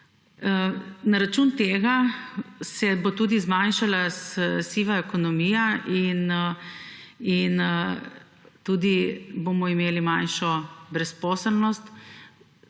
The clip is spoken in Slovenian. Na račun tega se bo zmanjšala tudi siva ekonomija in bomo imeli manjšo brezposelnost.